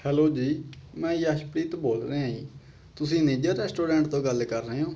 hello ਜੀ ਮੈਂ ਯਸ਼ਪ੍ਰੀਤ ਬੋਲ ਰਿਹਾ ਜੀ ਤੁਸੀਂ ਨਿੱਜਰ ਰੈਸਟੋਰੈਂਟ ਤੋਂ ਗੱਲ ਕਰ ਰਹੇ ਹੋ